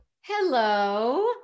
hello